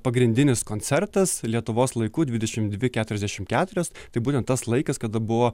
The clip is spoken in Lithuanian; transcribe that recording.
pagrindinis koncertas lietuvos laiku dvidešim dvi keturiasdešim keturios tai būtent tas laikas kada buvo